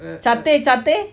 ah chapteh chapteh